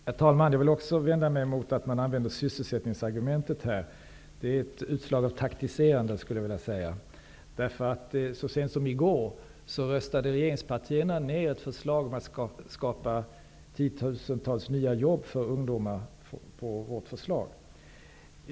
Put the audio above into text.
Herr talman! Jag vänder mig också mot att man använder sig av sysselsättningsargumentet. Det är ett utslag av taktiserande, skulle jag vilja säga. Så sent som i går röstade regeringspartierna ned vårt förslag som skulle skapa tiotusentals nya jobb för ungdomar.